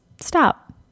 stop